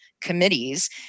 committees